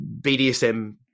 BDSM